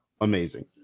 amazing